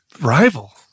rival